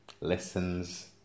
lessons